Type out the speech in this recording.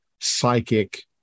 psychic